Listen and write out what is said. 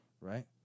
right